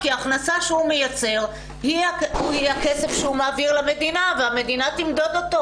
כי ההכנסה שהוא מייצר היא הכסף שהוא מעביר למדינה והמדינה תמדוד אותו